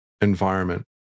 environment